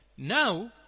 Now